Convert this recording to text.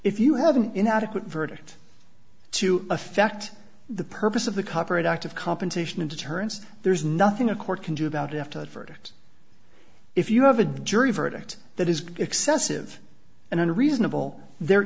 if you have an inadequate verdict to effect the purpose of the coverage act of compensation in deterrence there's nothing a court can do about it after the verdict if you have a jury verdict that is excessive and unreasonable there